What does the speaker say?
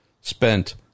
spent